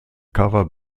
cover